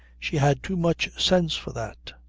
she had too much sense for that.